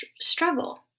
struggle